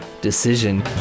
decision